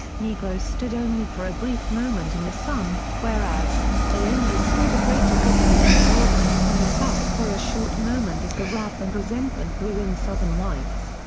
negroes stood only for a brief moment in the sun whereas, they only saw the greater good and an evolvement upon the south for a short moment as the wrath and resentment grew in southern whites.